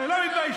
אתם לא מתביישים?